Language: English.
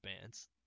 bands